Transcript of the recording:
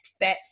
fat